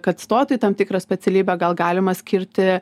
kad stotų į tam tikrą specialybę gal galima skirti